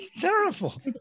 Terrible